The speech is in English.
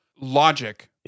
logic